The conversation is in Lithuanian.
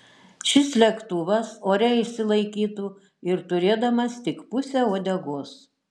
šis lėktuvas ore išsilaikytų ir turėdamas tik pusę uodegos